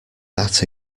that